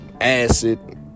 acid